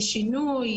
שינוי,